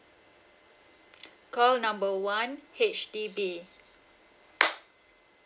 call number one H_D_B